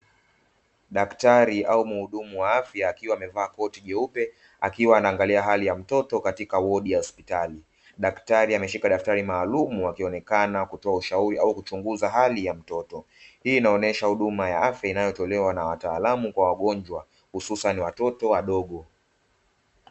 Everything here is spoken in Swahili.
Daktari au mhudumu wa afya akiwa amevaa koti jeupe akiwa anaangalia hali ya mtoto katika wodi ya hospitali, daktari ameshika daftari maalumu wakionekana kutoa ushauri au kuchunguza hali ya mtoto; hii inaonesha huduma ya afya inayotolewa na wataalamu kwa wagonjwa hususani watoto wadogo.